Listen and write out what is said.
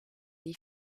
des